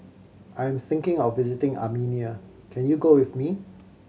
I am thinking of visiting Armenia can you go with me